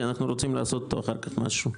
כי אנחנו רוצים לעשות איתה אחר כך משהו,